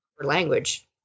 language